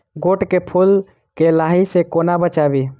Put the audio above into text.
गोट केँ फुल केँ लाही सऽ कोना बचाबी?